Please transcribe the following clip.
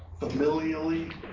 familially